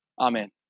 Amen